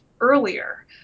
earlier